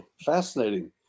Fascinating